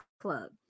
club